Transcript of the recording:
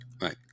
Right